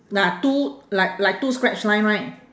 there are two like like two scratch line right